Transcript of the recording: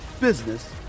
business